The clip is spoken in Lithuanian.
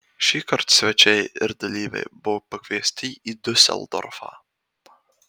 šįkart svečiai ir dalyviai buvo pakviesti į diuseldorfą